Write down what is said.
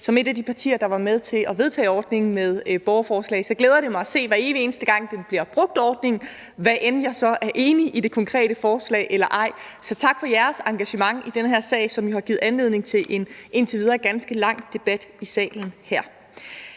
Som et af de partier, der var med til at vedtage ordningen med borgerforslag, glæder det mig at se hver evige eneste gang ordningen bliver brugt, hvad end jeg så er enig i det konkrete forslag eller ej. Så tak for jeres engagement i den her sag, som jo har givet anledning til en indtil videre ganske lang debat i salen her.